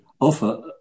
offer